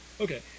Okay